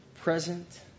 present